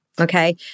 Okay